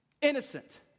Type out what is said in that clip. innocent